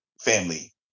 family